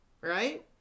Right